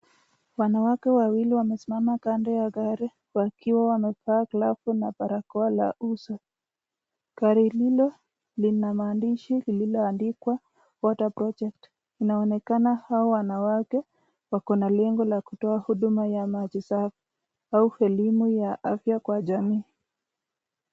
Wanawake wawili wamesimama kando ya gari, wakiwa wamevaa glovu na barakoa la uso, gari ilo Lina maandishi lilokuwa water project inaonekana Hawa wanawake wako na lengo ya kutoa huduma za maji safi au elimu ya afya katika jamii.